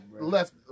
left